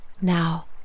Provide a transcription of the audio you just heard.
Now